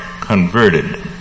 converted